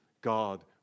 God